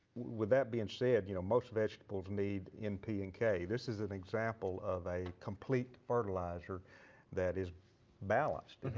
with that being said, you know, most vegetables need n, p and k. this is an example of a complete fertilizer that is balanced.